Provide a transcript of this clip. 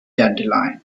dandelion